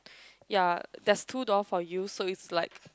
ya there's two door for you so is like